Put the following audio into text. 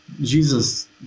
Jesus